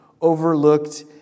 overlooked